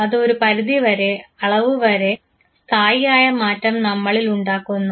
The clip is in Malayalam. അത് ഒരു പരിധിവരെ അളവുവരെ സ്ഥായിയായ മാറ്റം നമ്മളിൽ ഉണ്ടാക്കുന്നു